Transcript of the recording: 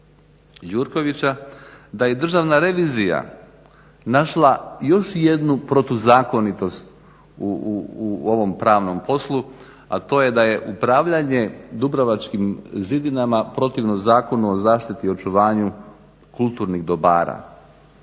da je Državna revizija našla još jednu protuzakonitost u ovom pravnom poslu, a to je da je upravljanje dubrovačkim zidinama protivno Zakonu o zaštiti i očuvanju kulturnih dobara.